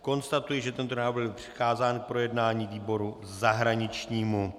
Konstatuji, že tento návrh byl přikázán k projednání výboru zahraničnímu.